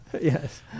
Yes